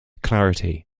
clarity